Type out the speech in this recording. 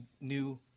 new